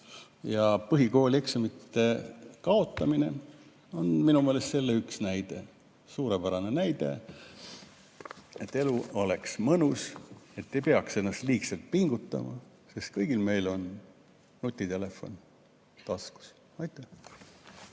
Põhikoolieksamite kaotamine on minu meelest üks näide, suurepärane näide, et elu oleks mõnus, et ei peaks ennast liigselt pingutama, sest kõigil meil on nutitelefon taskus. Aitäh!